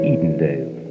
Edendale